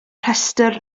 rhestr